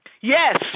Yes